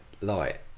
light